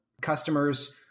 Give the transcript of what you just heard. customers